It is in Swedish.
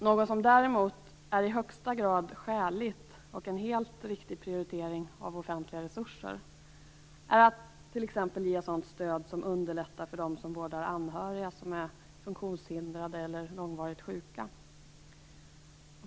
Något som däremot är i högsta grad skäligt och en helt riktig prioritering av offentliga resurser är t.ex. att ge ett stöd som underlättar för dem som vårdar anhöriga som är funktionshindrade eller långvarigt sjuka.